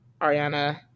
Ariana